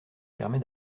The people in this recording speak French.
permet